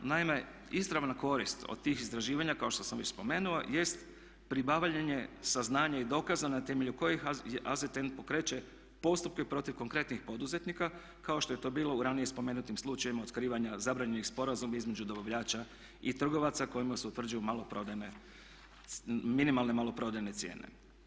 Naime, izravna korist od tih istraživanja kao što sam već spomenuo jest pribavljanje saznanja i dokaza na temelju kojih je AZTN pokreće postupke protiv konkretnih poduzetnika kao što je to bilo u ranije spomenutim slučajevima otkrivanja zabranjenih sporazuma između dobavljača i trgovaca kojima se utvrđuju maloprodajne, minimalne maloprodajne cijene.